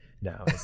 No